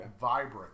vibrant